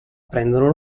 prendono